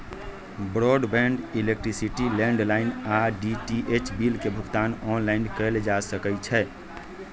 broadband, electricity, landline आऽ DTH bill के भुगतान ऑनलाइन कएल जा सकइ छै